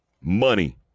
money